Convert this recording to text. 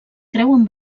creuen